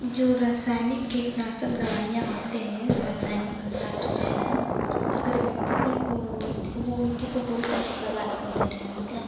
जो रसायनिक कीटनाशक दवाइयाँ होती हैं रसायनिक प्रदार्थ होते हैं अगर मिट्टी में वो मट्टी वो मिट्टी को पूरी तरह से बर्बाद कर दे रहें मतलब